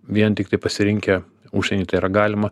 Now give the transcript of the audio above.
vien tiktai pasirinkę užsieny tai yra galima